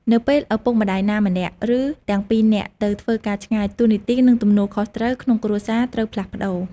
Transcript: នៅពេលឪពុកម្ដាយណាម្នាក់ ឬទាំងពីរនាក់ទៅធ្វើការឆ្ងាយ តួនាទី និងទំនួលខុសត្រូវក្នុងគ្រួសារត្រូវផ្លាស់ប្តូរ។